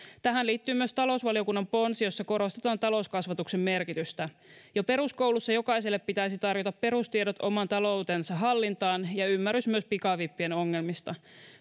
tähän liittyy myös talousvaliokunnan ponsi jossa korostetaan talouskasvatuksen merkitystä jo peruskoulussa jokaiselle pitäisi tarjota perustiedot oman taloutensa hallintaan ja ymmärrys myös pikavippien ongelmista